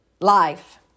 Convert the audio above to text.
life